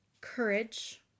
courage